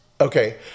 Okay